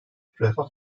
refah